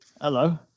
hello